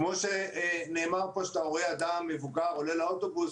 כמו שנאמר פה כשאתה רואה אדם מבוגר עולה לאוטובוס,